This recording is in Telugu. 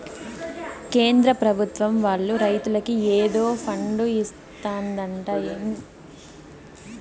కేంద్ర పెభుత్వం వాళ్ళు రైతులకి ఏదో ఫండు ఇత్తందట ఏందది